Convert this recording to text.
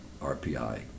RPI